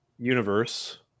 universe